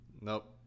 Nope